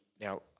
now